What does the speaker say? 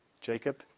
Jacob